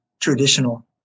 traditional